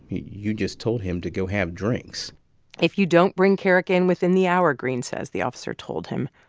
you just told him to go have drinks if you don't bring kerrick in within the hour, greene says the officer told him,